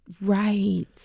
Right